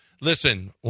Listen